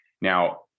Now